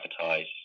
advertise